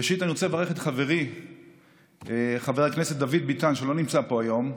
ראשית אני רוצה לברך את חברי חבר הכנסת דוד ביטן שלא נמצא פה היום.